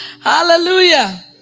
Hallelujah